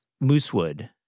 Moosewood